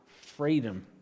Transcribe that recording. freedom